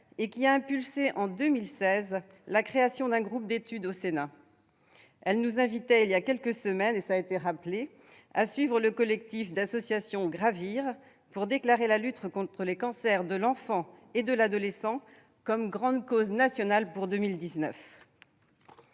et qui a donné l'impulsion, en 2016, à la création d'un groupe d'études au Sénat. Elle nous invitait, il y a quelques semaines, à suivre le collectif d'associations Gravir pour déclarer la lutte contre les cancers de l'enfant et de l'adolescent grande cause nationale pour 2019.